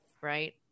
Right